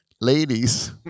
ladies